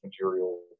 material